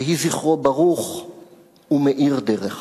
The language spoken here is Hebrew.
יהי זכרו ברוך ומאיר דרך.